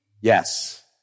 Yes